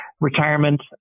retirement